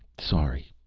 sorry.